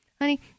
honey